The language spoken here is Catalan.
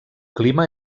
clima